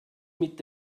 mit